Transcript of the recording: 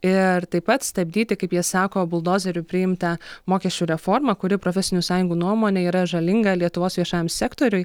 ir taip pat stabdyti kaip jie sako buldozeriu priimtą mokesčių reformą kuri profesinių sąjungų nuomone yra žalinga lietuvos viešajam sektoriui